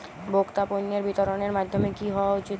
ভোক্তা পণ্যের বিতরণের মাধ্যম কী হওয়া উচিৎ?